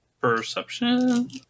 perception